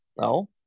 no